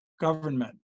government